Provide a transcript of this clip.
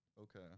Okay